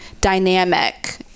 dynamic